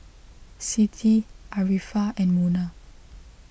Siti Arifa and Munah